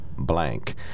blank